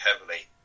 heavily